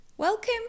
Welcome